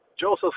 Joseph